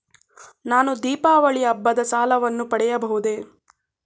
ನಾನು ದೀಪಾವಳಿ ಹಬ್ಬದ ಸಾಲವನ್ನು ಪಡೆಯಬಹುದೇ?